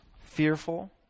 fearful